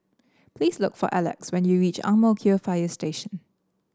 please look for Elex when you reach Ang Mo Kio Fire Station